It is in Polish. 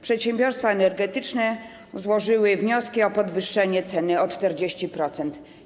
Przedsiębiorstwa energetyczne złożyły wnioski o podwyższenie ceny o 40%.